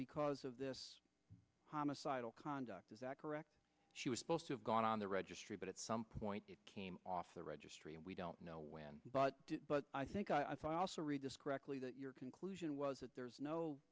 because of this homicidal conduct is that correct she was supposed to have gone on the registry but at some point came off the registry and we don't know when but i think i've also read this correctly that your conclusion was that there's no